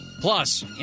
Plus